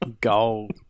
gold